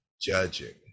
judging